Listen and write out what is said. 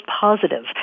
positive